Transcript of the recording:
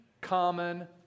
common